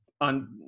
on